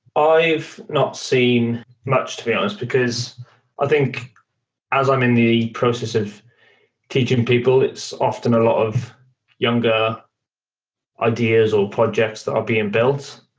i've not seen much, to be honest, because i think as i'm in the process of teaching people, it's often a lot of younger ideas or projects that are being built.